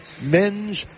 Men's